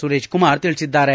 ಸುರೇಶ್ ಕುಮಾರ್ ತಿಳಿಸಿದ್ದಾರೆ